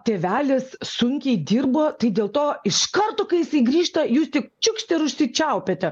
tėvelis sunkiai dirbo tai dėl to iš karto kai jisai grįžta jūs tik čiukšt ir užsičiaupiate